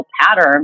pattern